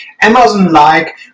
Amazon-like